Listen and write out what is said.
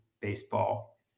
baseball